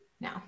No